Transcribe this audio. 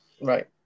Right